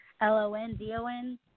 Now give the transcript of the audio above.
L-O-N-D-O-N